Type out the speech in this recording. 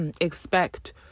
expect